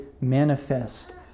manifest